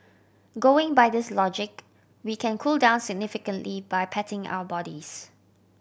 going by this logic we can cool down significantly by patting our bodies